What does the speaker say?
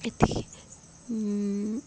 ଏତିକି